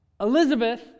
Elizabeth